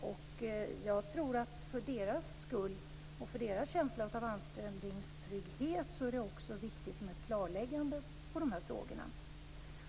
Jag tror att det för deras skull och för deras känsla av anställningstrygghet också är viktigt med ett klarläggande i de här frågorna.